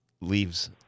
leaves